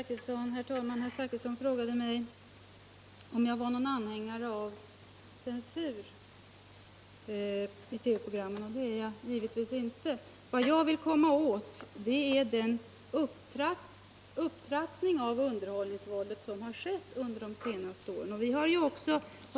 Herr talman! Herr Zachrisson frågade mig om jag är anhängare av censur av TV-program. Det är jag givetvis inte. Vad jag vill komma åt är den upptrappning av underhållningsvåldet som har skett under de senaste åren.